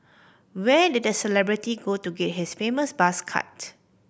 where did the celebrity go to get his famous buzz cut